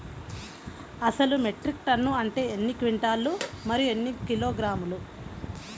అసలు metric tonne అంటే ఎన్ని క్వింటాలు మరియు ఎన్ని కిలోగ్రాములు?